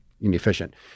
inefficient